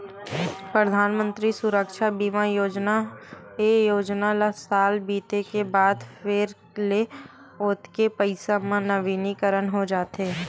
परधानमंतरी सुरक्छा बीमा योजना, ए योजना ल साल बीते के बाद म फेर ले ओतके पइसा म नवीनीकरन हो जाथे